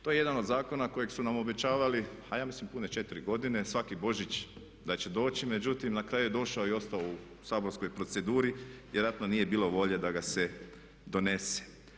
To je jedan od zakona kojeg su nam obećavali a ja mislim pune 4 godine, svaki Božić da će doći, međutim, na kraju je došao i ostao u saborskoj proceduri, vjerojatno nije bilo volje da ga se donese.